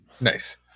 Nice